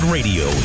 Radio